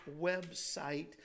website